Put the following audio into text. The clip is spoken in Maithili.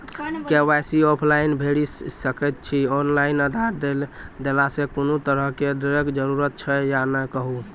के.वाई.सी ऑनलाइन भैरि सकैत छी, ऑनलाइन आधार देलासॅ कुनू तरहक डरैक जरूरत छै या नै कहू?